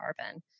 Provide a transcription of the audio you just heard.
carbon